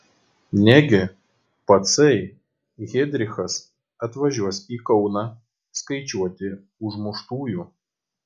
negi patsai heidrichas atvažiuos į kauną skaičiuoti užmuštųjų